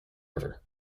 river